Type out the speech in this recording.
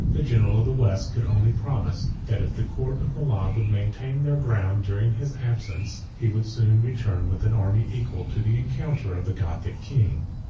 the general of the west could only promise, that if the court of milan would maintain their ground during his absence, he would soon return with an army equal to the encounter of the gothic king.